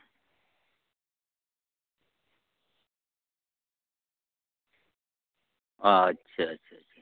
ᱟᱪᱪᱷᱟ